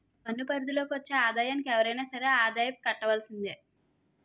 పన్ను పరిధి లోకి వచ్చే ఆదాయానికి ఎవరైనా సరే ఆదాయపు కట్టవలసిందే